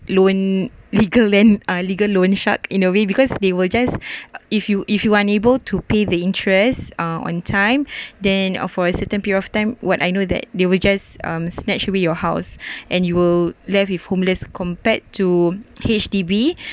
loan legal and legal loan shark in a way because they were just if you if you are unable to pay the interest uh on time then er for a certain period of time what I know that they will just snatch away your house and you will left with homeless compared to H_D_B